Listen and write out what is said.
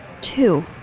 Two